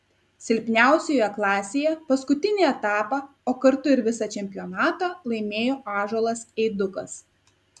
silpniausioje klasėje paskutinį etapą o kartu ir visą čempionatą laimėjo ąžuolas eidukas